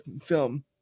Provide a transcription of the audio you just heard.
film